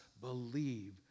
believe